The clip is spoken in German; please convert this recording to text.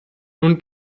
nun